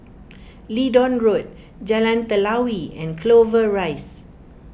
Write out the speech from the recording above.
Leedon Road Jalan Telawi and Clover Rise